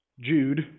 Jude